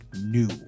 new